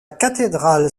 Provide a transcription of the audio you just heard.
cathédrale